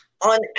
on